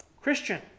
Christian